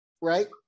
right